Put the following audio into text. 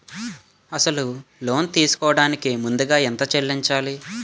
అసలు లోన్ తీసుకోడానికి ముందుగా ఎంత చెల్లించాలి?